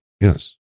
Yes